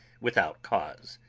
without cause.